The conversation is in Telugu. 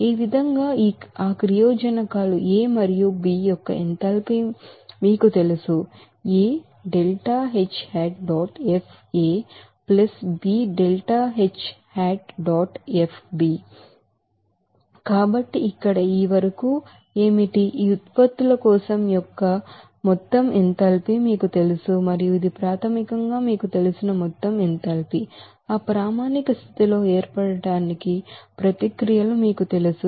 ఈ విధంగా ఆ రియాక్టన్స్ లు a మరియు b యొక్క ఎంథాల్పీ మీకు తెలుసు కాబట్టి ఇక్కడ ఈ వరకు ఏమిటి ఈ ఉత్పత్తుల కోసం ఏర్పాటు యొక్క మొత్తం ఎంథాల్పీ మీకు తెలుసు మరియు ఇది ప్రాథమికంగా మీకు తెలిసిన మొత్తం ఎంథాల్పీ ఆ ప్రామాణిక స్థితిలో ఏర్పడటానికి ప్రతిక్రియలు మీకు తెలుసు